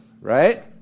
Right